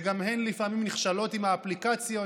וגם הן לפעמים נכשלות עם האפליקציות.